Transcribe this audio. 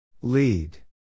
Lead